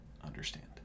understand